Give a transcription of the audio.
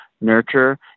nurture